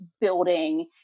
building